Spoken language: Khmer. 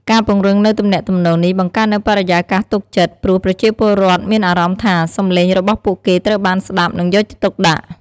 ការពង្រឹងនូវទំនាក់ទំនងនេះ បង្កើតនូវបរិយាកាសទុកចិត្ត ព្រោះប្រជាពលរដ្ឋមានអារម្មណ៍ថា សំឡេងរបស់ពួកគេត្រូវបានស្តាប់ និងយកចិត្តទុកដាក់។